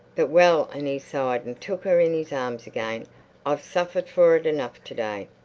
but well and he sighed and took her in his arms again i've suffered for it enough to-day.